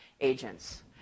agents